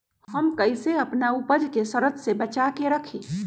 हम कईसे अपना उपज के सरद से बचा के रखी?